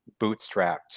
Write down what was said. bootstrapped